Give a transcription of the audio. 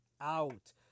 out